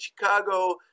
Chicago